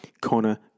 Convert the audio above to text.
Connor